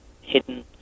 hidden